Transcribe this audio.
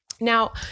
now